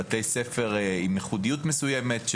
בתי ספר עם ייחודיות מסוימת,